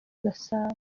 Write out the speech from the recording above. gasabo